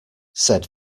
said